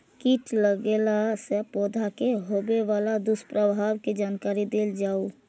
कीट लगेला से पौधा के होबे वाला दुष्प्रभाव के जानकारी देल जाऊ?